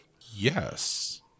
yes